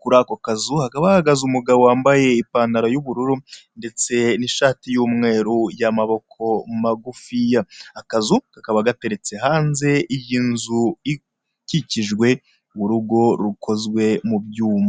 kurako kazu hakaba hahagaze umugabo wambaye ipantaro yu'ubururu ndetse n'ishati y'mweru yamaboko magufiya. Akazu kaba gateretse hanze y' nzu ikikijwe urugo rukozwe mu byuma.